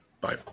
Bye